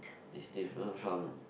it's different from